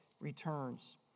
returns